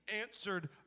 answered